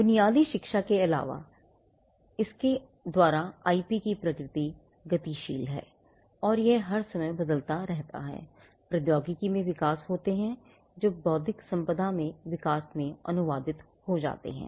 बुनियादी शिक्षा के अलावा इसके द्वारा आईपी की प्रकृति गतिशील है और यह हर समय बदलता रहता है और प्रौद्योगिकी में विकास होते हैं जो बौद्धिक संपदा में विकास में अनुवादित हो जाते हैं